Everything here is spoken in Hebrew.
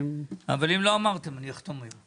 אבל אם לא אמרתם אני אחתום היום.